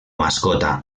mascotas